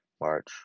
March